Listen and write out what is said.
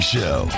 Show